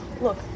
Look